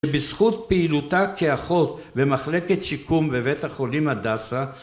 ובזכות פעילותה כאחות במחלקת שיקום בבית החולים הדסה